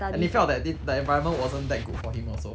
and he felt that thi~ the environment wasn't that good for him also